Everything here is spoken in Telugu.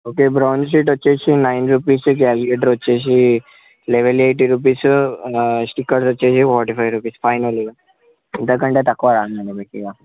ఓకే బ్రౌన్ షీట్ వచ్చి నైన్ రూపీస్ క్యాల్కుకులేటర్ వచ్చి లెవెన్ ఎయిటీ రూపీస్ స్టిక్కర్స్ వచ్చి ఫార్టీ ఫైవ్ రూపీస్ ఫైనల్ ఇక ఇంత కంటే తక్కువ రాదు మేడమ్ మీకు ఇక